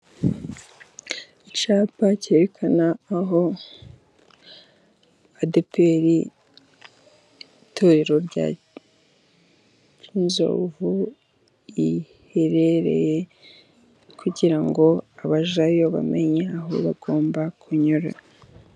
Icyapa kerekana aho adeperi itorero rya kinzovu riherereye, kugira ngo abajyayo bamenye aho bagomba kunyura.